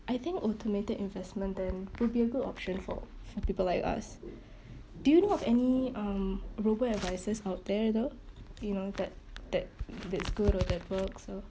I think automated investment then will be a good option for for people like us do you know of any um robo advisers out there though you know that that that's good or that works so